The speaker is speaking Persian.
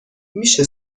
میشه